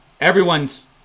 everyone's